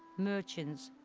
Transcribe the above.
merchants,